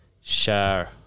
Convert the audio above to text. share